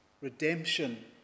redemption